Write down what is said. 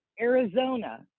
arizona